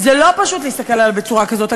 לא פשוט להסתכל עליו בצורה כזאת.